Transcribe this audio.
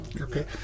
okay